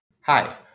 Hi